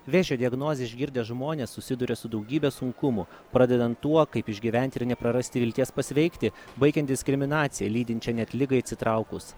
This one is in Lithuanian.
vėžio diagnozę išgirdę žmonės susiduria su daugybe sunkumų pradedant tuo kaip išgyventi ir neprarasti vilties pasveikti baigiant diskriminacija lydinčia net ligai atsitraukus